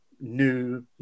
new